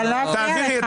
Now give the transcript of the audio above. שאני לא אפריע לך.